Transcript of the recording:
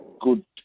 good